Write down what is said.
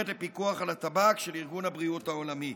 לפיקוח על הטבק של ארגון הבריאות העולמי.